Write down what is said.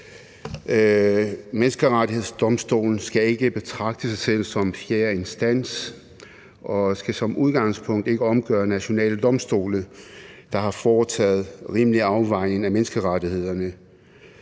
Menneskerettighedsdomstolen skal ikke betragte sig selv som den fjerde instans og skal som udgangspunkt ikke omgøre afgørelser fra nationale domstole, der har foretaget rimelig afvejning af menneskerettighederne,